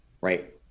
right